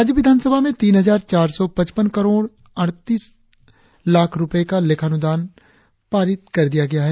राज्य विधान सभा में तीन हजार चार सौ पचपन करोड़ अड़तालीस लाख रुपये का लेखानुदान को पारित कर दिया है